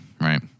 Right